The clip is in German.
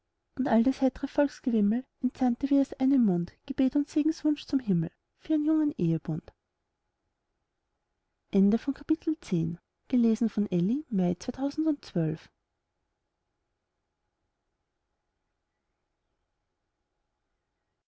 entsandte wie aus einem mund gebet und segenswunsch zum himmel für ihren jungen ehebund